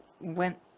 went